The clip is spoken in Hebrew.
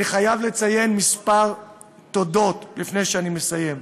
אני חייב לציין כמה תודות לפני שאני מסיים,